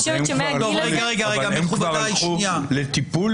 הם הלכו לטיפול